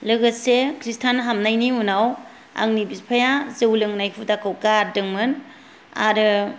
लोगोसे ख्रिष्टान हाबनायनि उनाव आंनि बिफाया जौ लोंनाय हुदाखौ गारदोंमोन आरो